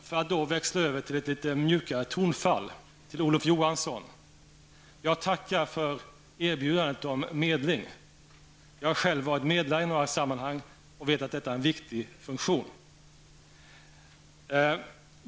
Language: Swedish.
För att växla över till litet mjukare tonfall, till Olof Johansson: Jag tackar för erbjudandet om medling. Jag har själv varit medlare i några sammanhang och vet att det är en viktig funktion.